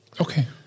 Okay